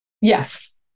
Yes